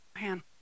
Man